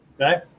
okay